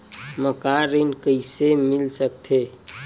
मकान ऋण कइसे मिल सकथे?